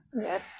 Yes